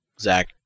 Zach